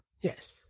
yes